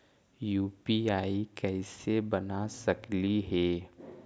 UPI कैसे बना सकली हे?